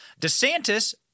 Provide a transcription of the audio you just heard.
DeSantis